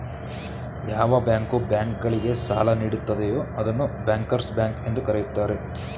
ಯಾವ bank bank ಗಳಿಗೆ ಸಾಲ ನೀಡುತ್ತದೆಯೂ ಅದನ್ನು ಬ್ಯಾಂಕರ್ಸ್ ಬ್ಯಾಂಕ್ ಎಂದು ಕರೆಯುತ್ತಾರೆ